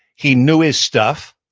he knew his stuff.